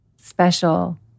special